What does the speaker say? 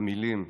המילים,